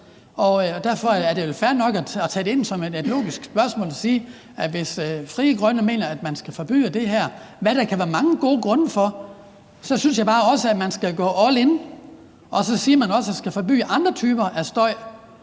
derfor er det vel fair nok at tage det ind som et logisk spørgsmål og sige, at hvis Frie Grønne mener, at man skal forbyde det her, hvad der kan være mange gode grunde til, synes jeg bare også, at man skal gå all in og sige, at man også skal forbyde andre typer af